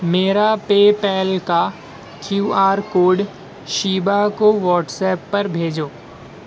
میرا PayPal کا Q R code Sheeba کو واٹس ایپ پر بھیجو